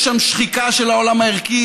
יש שם שחיקה של העולם הערכי,